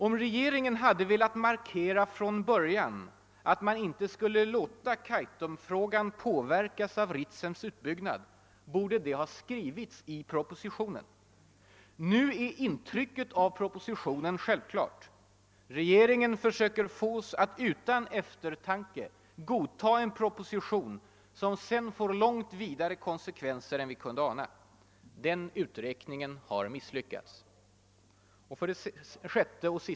Om regeringen hade velat markera från början att man inte skulle låta Kaitumfrågan påverkas av Ritsems utbyggnad, borde det ha skrivits i propositionen. Nu är intrycket av propositionen i stället detta: regeringen försöker få oss att utan eftertanke godtaga en proposition som sedan får långt vidare konsekvenser än vi kunde ana. Den uträkningen har misslyckats.